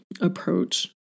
approach